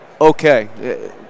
okay